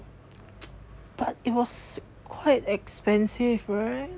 but it was quite expensive right